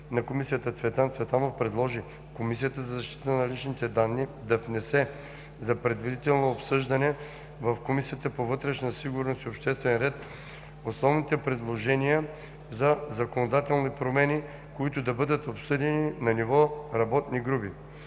Комисията за защита на личните данни да внесе за предварително обсъждане в Комисията по вътрешна сигурност и обществен ред основните предложения за законодателни промени, които да бъдат обсъдени на ниво работни групи.